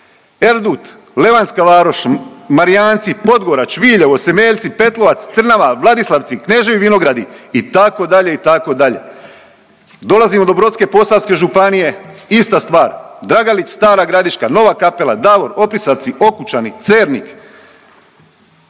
Erdut, Levanjska Varoš, Marijanci, Podgorač, Viljevo, Semeljci, Petlovac, Trnava, Vladislavci, Kneževi Vinogradi itd., itd. Dolazimo do Brodske-posavske županije ista stvar. Dragalić, Stara Gradiška, Nova Kapela, Davor, Opisavci, Okučani, Cernik.